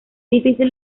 difícil